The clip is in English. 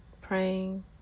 praying